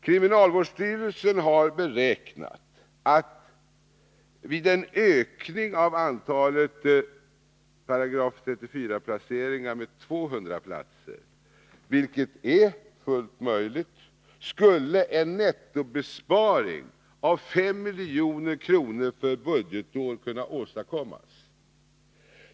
Kriminalvårdsstyrelsen har beräknat att vid en ökning av antalet 34 §-placeringar med 200 platser — en ökning som är fullt möjlig — skulle en nettobesparing av 5 milj.kr. för budgetår kunna åstadkommas.